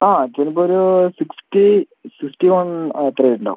ആ ചിലപ്പം ഒരു സിക്സ്റ്റി സിക്സ്റ്റി വൺ അത്രെ ഉണ്ടാവുകയുള്ളു